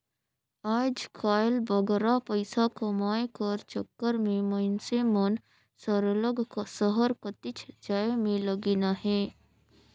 आएज काएल बगरा पइसा कमाए कर चक्कर में मइनसे मन सरलग सहर कतिच जाए में लगिन अहें